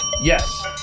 Yes